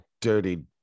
dirty